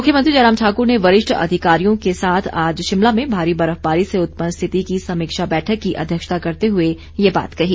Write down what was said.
मुख्यमंत्री जयराम ठाकुर ने वरिष्ठ अधिकारियों के साथ आज शिमला में भारी बर्फबारी से उत्पन्न स्थिति की समीक्षा बैठक की अध्यक्षता करते हुए ये बात कही